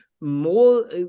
more